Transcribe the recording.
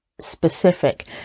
specific